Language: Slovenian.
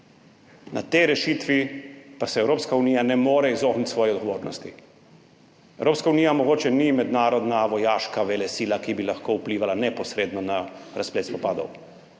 Pri tej rešitvi pa se Evropska unija ne more izogniti svoji odgovornosti. Evropska unija mogoče ni mednarodna vojaška velesila, ki bi lahko vplivala neposredno na razplet spopadov,